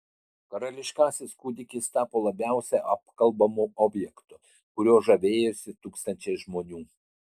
karališkasis kūdikis tapo labiausiai apkalbamu objektu kuriuo žavėjosi tūkstančiai žmonių